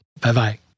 Bye-bye